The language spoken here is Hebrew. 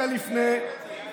לא הזכרת את